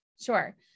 Sure